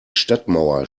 stadtmauer